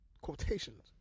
quotations